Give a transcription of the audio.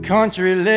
Country